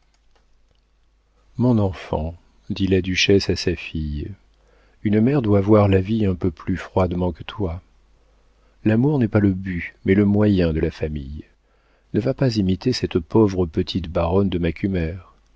mon enfant dit la duchesse à sa fille une mère doit voir la vie un peu plus froidement que toi l'amour n'est pas le but mais le moyen de la famille ne va pas imiter cette pauvre petite baronne de macumer la